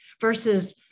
versus